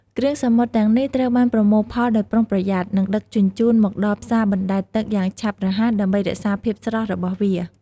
គ្រឿងសមុទ្រទាំងនេះត្រូវបានប្រមូលផលដោយប្រុងប្រយ័ត្ន និងដឹកជញ្ជូនមកដល់ផ្សារបណ្តែតទឹកយ៉ាងឆាប់រហ័ស ដើម្បីរក្សាភាពស្រស់របស់វា។